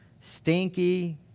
stinky